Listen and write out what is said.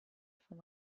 von